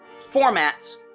formats